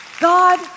God